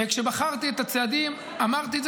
וכשבחרתי את הצעדים אמרתי את זה,